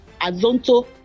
Azonto